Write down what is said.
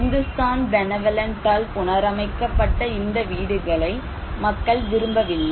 இந்துஸ்தான் பெனவலண்டால் புணர்அமைக்கப்பட்ட இந்த வீடுகளை மக்கள் விரும்பவில்லை